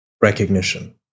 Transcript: recognition